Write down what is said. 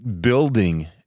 building